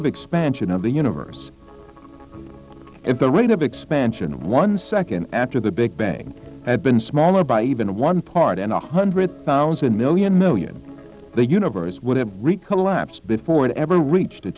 of expansion of the universe at the rate of expansion one second after the big bang had been smaller by even one part in a hundred thousand million million the universe would have recall elapse before it ever reach